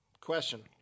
Question